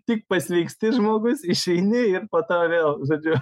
tik pasveiksti žmogus išeini ir po to vėl žodžiu